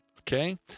okay